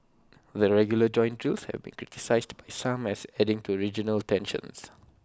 the regular joint drills have been criticised by some as adding to regional tensions